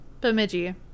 Bemidji